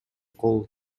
кол